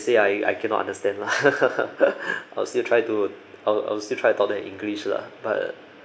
say I I cannot understand lah I'll still try to I'll I'll still try to talk to them in english lah but